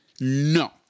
no